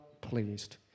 pleased